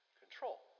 control